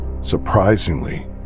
Surprisingly